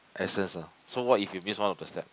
essence ah so what if you miss one of the step